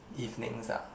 evenings ah